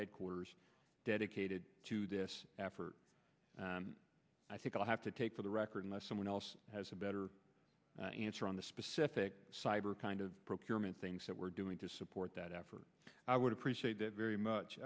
headquarters dedicated to this effort i think i'll have to take for the record unless someone else has a better answer on the specific cyber kind of procurement things that we're doing to support that effort i would appreciate that very